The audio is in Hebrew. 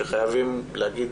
שחייבים להגיד